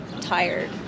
tired